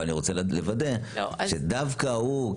דווקא הוא,